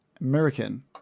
American